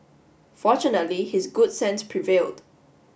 fortunately his good sense prevailed